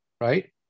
right